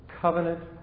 covenant